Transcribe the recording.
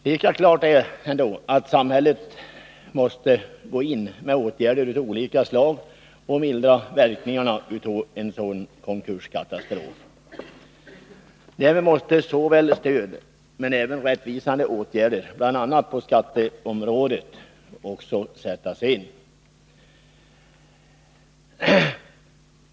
Lika klart är att samhället måste gå in med åtgärder av olika slag för att mildra verkningarna av konkurskatastrofen. Stöd måste ges, men även rättvisande åtgärder, bl.a. på skatteområdet, måste vidtas.